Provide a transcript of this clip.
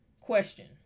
Question